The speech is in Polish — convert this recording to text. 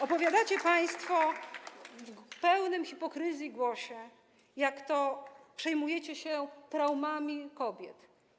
Opowiadacie państwo pełnym hipokryzji głosem, jak to przejmujecie się traumami kobiet.